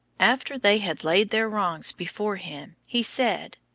after they had laid their wrongs before him, he said,